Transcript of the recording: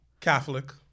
Catholic